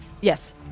Yes